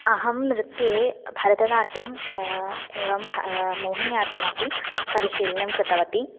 अहं नृत्ये भरतनाट्यं एवं भ मोहिनि अट्टमपि परिशीलनं कृतवती